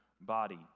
body